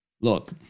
Look